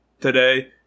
today